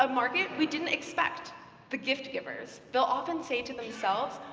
um market we didn't expect the gift givers. they'll often say to themselves,